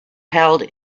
held